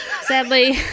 Sadly